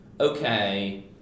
okay